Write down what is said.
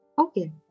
Okay